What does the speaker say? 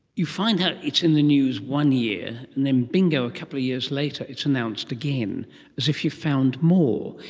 you find out it's in the news one year and then, bingo, a couple of years later it's announced again as if you've found more.